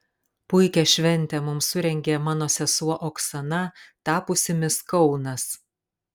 puikią šventę mums surengė mano sesuo oksana tapusi mis kaunas